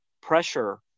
pressure